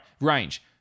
range